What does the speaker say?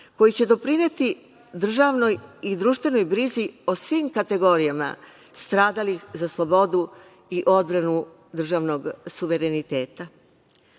koji će doprineti državnoj i društvenoj brizi o svim kategorijama stradalih za slobodu i odbranu državnog suvereniteta.U